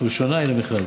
הראשונה היא מכרז.